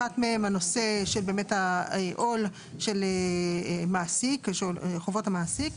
אחת מהן היא הנושא של העול של חובות המעסיק,